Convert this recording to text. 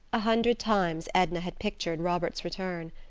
a hundred times edna had pictured robert's return,